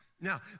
Now